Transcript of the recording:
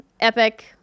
Epic